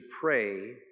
pray